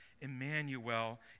Emmanuel